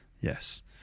Yes